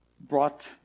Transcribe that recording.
brought